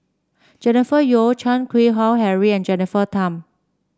Jennifer Yeo Chan Keng Howe Harry and Jennifer Tham